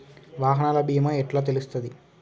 వాహనాల బీమా ఎట్ల తెలుస్తది?